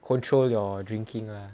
control your drinking lah